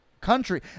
country